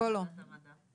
וועדת המדע.